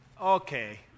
okay